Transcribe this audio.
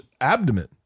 abdomen